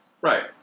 Right